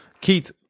Keith